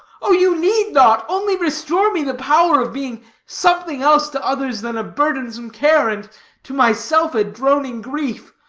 oh, you need not! only restore me the power of being something else to others than a burdensome care, and to myself a droning grief.